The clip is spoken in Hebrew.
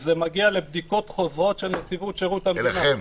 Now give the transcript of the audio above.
זה מגיע לבדיקות חוזרות של שירות המדינה -- אליכם?